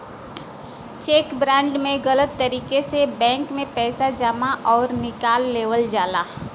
check fraud में गलत तरीके से बैंक में पैसा जमा आउर निकाल लेवल जाला